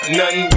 none